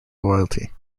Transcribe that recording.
loyalty